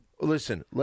Listen